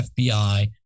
FBI